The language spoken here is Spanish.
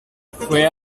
fue